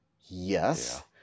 yes